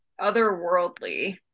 otherworldly